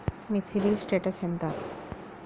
మీ CIBIL status ఎంత?